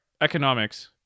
economics